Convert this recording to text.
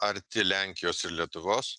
arti lenkijos ir lietuvos